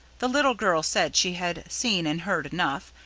the little girl said she had seen and heard enough,